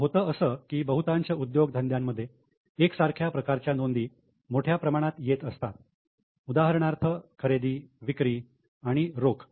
पण होतं असं की बहुतांश उद्योगधंद्यांमध्ये एकसारख्या प्रकारच्या नोंदी मोठ्या प्रमाणात येत असतात उदाहरणार्थ खरेदी विक्री आणि रोख